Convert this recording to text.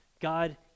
god